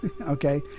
okay